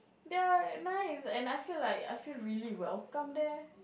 they are nice and I feel like I feel really welcome there